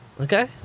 Okay